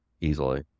easily